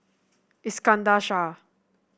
Iskandar Shah